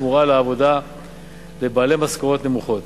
התמורה לעבודה לבעלי משכורות נמוכות.